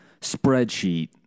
spreadsheet